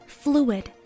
fluid